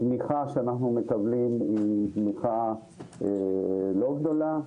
התמיכה שאנחנו מקבלים היא תמיכה לא גדולה.